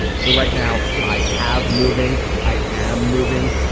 so right now i have moving. i am moving.